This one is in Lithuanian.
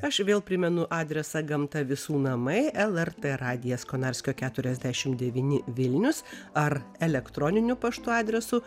aš vėl primenu adresą gamta visų namai lrt radijas konarskio keturiasdešim devyni vilnius ar elektroniniu paštu adresu